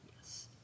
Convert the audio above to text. Yes